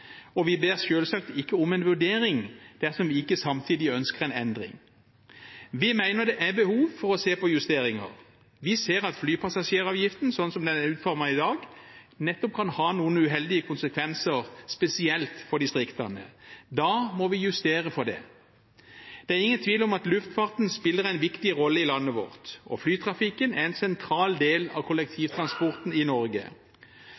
og vi ber selvsagt ikke om en vurdering dersom vi ikke samtidig ønsker en endring. Vi mener det er behov for å se på justeringer. Vi ser at flypassasjeravgiften slik den er utformet i dag, kan ha noen uheldige konsekvenser, spesielt for distriktene. Da må vi justere for det. Det er ingen tvil om at luftfarten spiller en viktig rolle i landet vårt, og flytrafikken er en sentral del av kollektivtransporten i Norge.